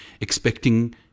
expecting